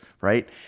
right